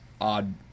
odd